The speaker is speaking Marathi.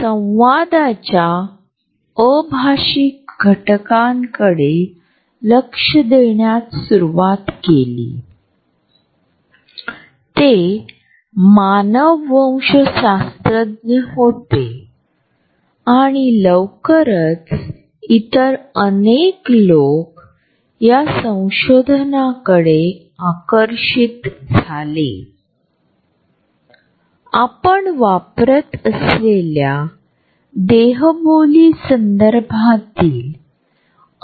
प्रॉक्सिमिक्स हा शब्द सांस्कृतिक मानववंशशास्त्रज्ञ एडवर्ड टी हॉल यांनी तयार केला आहे